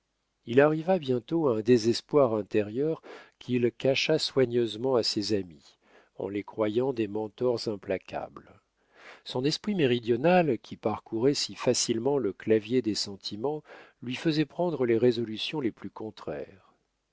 il arriva bientôt à un désespoir intérieur qu'il cacha soigneusement à ses amis en les croyant des mentors implacables son esprit méridional qui parcourait si facilement le clavier des sentiments lui faisait prendre les résolutions les plus contraires